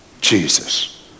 Jesus